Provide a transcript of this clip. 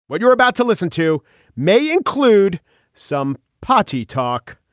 what you're about to listen to may include some potty talk.